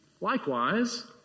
Likewise